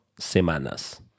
semanas